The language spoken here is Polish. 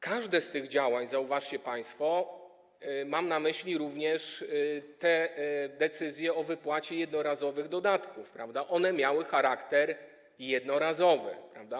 Każde z tych działań, zauważcie państwo, mam na myśli również te decyzje o wypłacie jednorazowych dodatków, miało charakter jednorazowy, prawda.